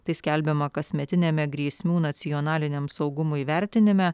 tai skelbiama kasmetiniame grėsmių nacionaliniam saugumui vertinime